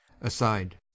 Aside